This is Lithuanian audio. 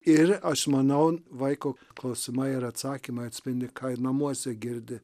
ir aš manau vaiko klausimai ir atsakymai atspindi ką ir namuose girdi